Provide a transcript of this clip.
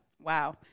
Wow